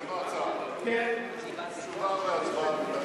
יש פה הצעה, תשובה והצבעה במועד אחר.